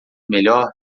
melhor